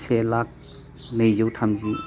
से लाख नैजौ थामजि